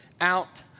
out